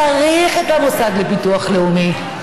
צריך את המוסד לביטוח לאומי,